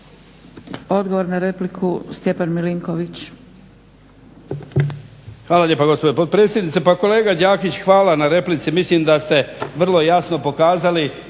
**Milinković, Stjepan (HDZ)** Hvala lijepa gospođo potpredsjednice. Pa kolega Đakić hvala na replici, mislim da ste vrlo jasno pokazali